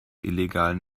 illegalen